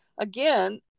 again